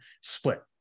Split